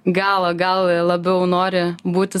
gal gal labiau nori būti